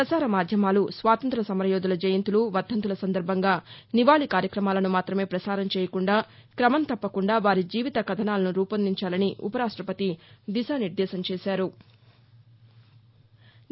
పసార మాధ్యమాలు స్వాతంత సమరయోధుల జయంతులు వర్దంతుల సందర్బంగా నివాళి కార్యక్రమాలను మాత్రమే పసారం చేయకుండా క్రమం తప్పకుండా వారి జీవిత కథనాలను రూపొందించాలని ఉపరాష్టపతి దిశానిర్దేశం చేశారు